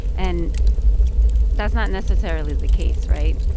and that's not necessarily the case, right?